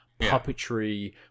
puppetry